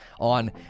on